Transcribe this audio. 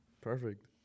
Perfect